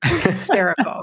hysterical